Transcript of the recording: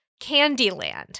Candyland